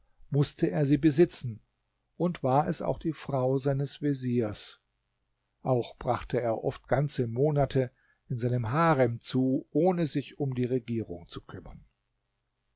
mußte er sie besitzen und war es auch die frau seines veziers auch brachte er oft ganze monate in seinem harem zu ohne sich um die regierung zu kümmern